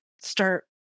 start